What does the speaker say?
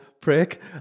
prick